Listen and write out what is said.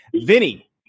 Vinny